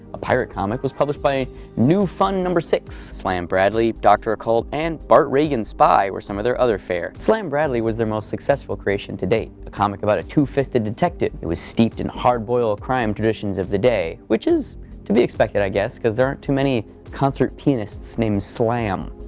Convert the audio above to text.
a pirate comic was published by new fun number six. slam bradley, doctor occult, and bart regan spy were some of their other fair. slam bradley was their most successful creation to date a comic about a two-fisted detective who was steeped in a hard boil of crime traditions of the day, which is to be expected, i guess, because there aren't too many concert pianists names slam.